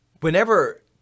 whenever